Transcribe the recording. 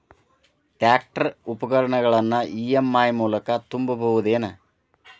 Tractor ಉಪಕರಣಗಳನ್ನು EMI ಮೂಲಕ ತುಂಬಬಹುದ ಏನ್?